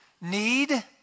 Need